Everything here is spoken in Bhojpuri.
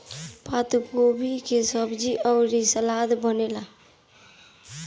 पातगोभी के सब्जी अउरी सलाद बनेला